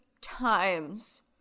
times